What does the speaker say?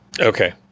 Okay